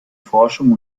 forschung